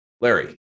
Larry